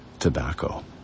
tobacco